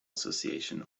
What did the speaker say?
association